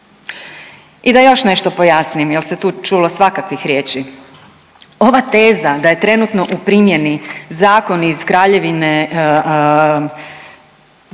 I da još nešto pojasnim jel se tu čulo svakakvih riječi. Ova teza da je trenutno u primjeni Zakon iz Kraljevine